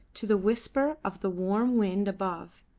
to the whisper of the warm wind above,